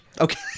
Okay